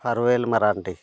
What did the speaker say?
ᱯᱷᱟᱨ ᱳᱭᱮᱞ ᱢᱟᱨᱟᱱᱰᱤ